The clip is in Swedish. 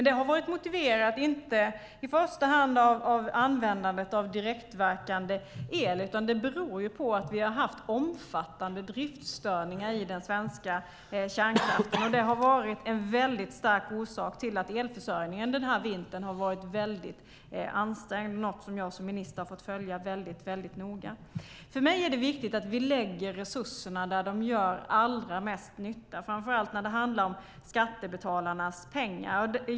Det har varit motiverat inte i första hand av användandet av direktverkande el. Det beror på att vi har haft omfattande driftstörningar i den svenska kärnkraften. Det har varit en stark orsak till att elförsörjningen den här vintern har varit mycket ansträngd. Det är något som jag som minister har fått följa väldigt noga. För mig är det viktigt att vi lägger resurserna där de gör allra mest nytta. Det handlar framför allt om skattebetalarnas pengar.